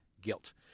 guilt